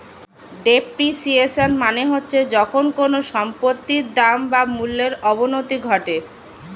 depreciation মানে হচ্ছে যখন কোনো সম্পত্তির দাম বা মূল্যর অবনতি ঘটে